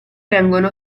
vengono